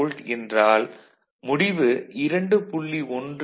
5 volt என்றால் முடிவு 2